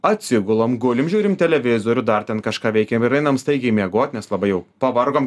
atsigulam gulim žiūrim televizorių dar ten kažką veikėm ir einam staigiai miegot nes labai jau pavargom